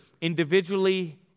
individually